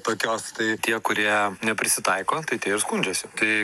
tokios tai tie kurie neprisitaiko tai tie ir skundžiasi tai